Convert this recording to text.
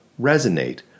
resonate